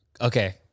okay